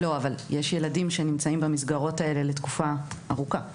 אבל יש ילדים שנמצאים במסגרות האלה לתקופה ארוכה.